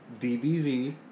DBZ